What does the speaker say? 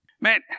Man